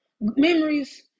memories